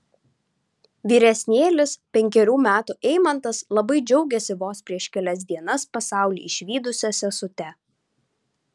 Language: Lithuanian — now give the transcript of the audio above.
vyresnėlis penkerių metų eimantas labai džiaugiasi vos prieš kelias dienas pasaulį išvydusia sesute